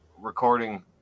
recording